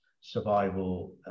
survival